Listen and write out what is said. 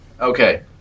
Okay